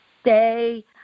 stay